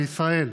בישראל,